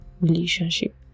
relationship